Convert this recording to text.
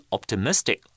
Optimistic